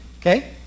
okay